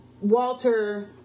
Walter